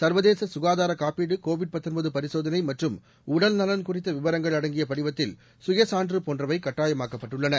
சுர்வதேச சுகாதார காப்பீடு கோவிட் பரிசோதனை மற்றும் உடல்நலன் குறித்த விவரங்கள் அடங்கிய படிவத்தில் சுய சான்று போன்றவை கட்டாயமாக்கப்பட்டுள்ளன